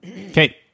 okay